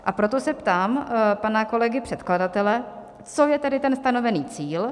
A proto se ptám pana kolegy předkladatele, co je tedy ten stanovený cíl.